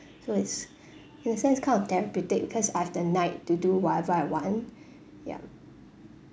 so it's in the sense kind of therapeutic cause I've the night to do whatever I want ya